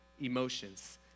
emotions